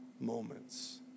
moments